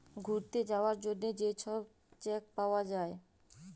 ঘ্যুইরতে যাউয়ার জ্যনহে যে ছব চ্যাক পাউয়া যায়